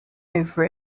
over